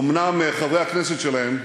אומנם חברי הכנסת שלהם יצאו,